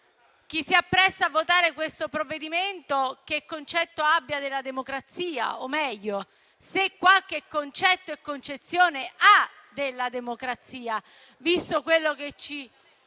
chi si appresta a votare questo provvedimento che concetto abbia della democrazia o, meglio, se abbia qualche concetto e concezione della democrazia, visto quello che ci